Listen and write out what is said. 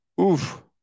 Oof